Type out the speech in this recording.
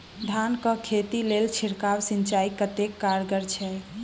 धान कऽ खेती लेल छिड़काव सिंचाई कतेक कारगर छै?